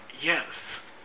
yes